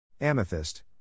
Amethyst